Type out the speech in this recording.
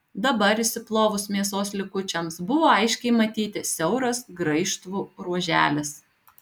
dabar išsiplovus mėsos likučiams buvo aiškiai matyti siauras graižtvų ruoželis